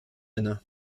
inne